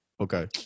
Okay